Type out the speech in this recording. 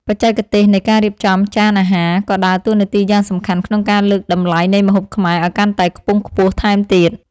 បច្ចេកទេសនៃការរៀបចំចានអាហារក៏ដើរតួនាទីយ៉ាងសំខាន់ក្នុងការលើកតម្លៃនៃម្ហូបខ្មែរឱ្យកាន់តែខ្ពង់ខ្ពស់ថែមទៀត។